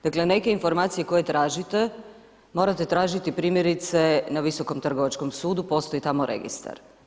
Dakle, neke informacije koje tražite, morate tražiti primjerice na Visokom trgovačkom sudu, postoje tamo registra.